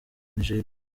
nigeria